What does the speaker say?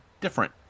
different